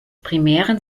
primären